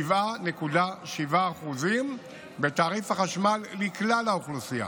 ל-7.7% בתעריף החשמל לכלל האוכלוסייה.